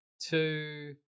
two